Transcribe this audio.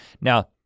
Now